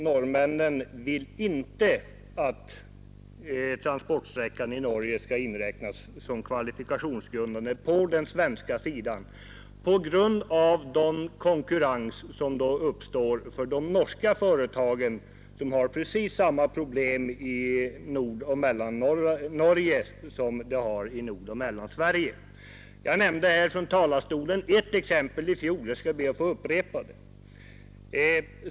Norrmännen vill inte att transportsträckan i Norge skall inräknas som kvalifikationsgrundande på den svenska sidan. Då uppstår nämligen en konkurrens för de norska företagen, som har precis samma problem i Nordoch Mellannorge som vi har i Nordoch Mellansverige. Jag nämnde i fjol ett exempel här från talarstolen, jag skall be att få upprepa det.